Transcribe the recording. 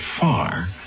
far